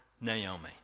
Naomi